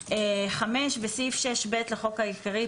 תיקון סעיף 6 5. בסעיף 6(ב) לחוק העיקרי,